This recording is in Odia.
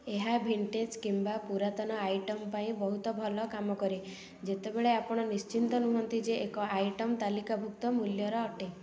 ଏହା ଭିଣ୍ଟେଜ୍ କିମ୍ବା ପୁରାତନ ଆଇଟମ୍ ପାଇଁ ବହୁତ ଭଲ କାମ କରେ ଯେତେବେଳେ ଆପଣ ନିଶ୍ଚିତ ନୁହଁନ୍ତି ଯେ ଏକ ଆଇଟମ୍ ତାଲିକାଭୁକ୍ତ ମୂଲ୍ୟର ଅଟେ